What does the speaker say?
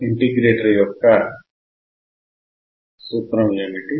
integrator యొక్క సూత్రం ఏమిటి